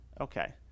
Okay